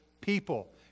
people